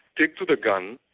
take to the gun,